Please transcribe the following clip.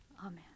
Amen